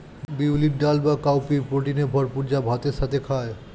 বিউলির ডাল বা কাউপি প্রোটিনে ভরপুর যা ভাতের সাথে খায়